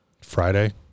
Friday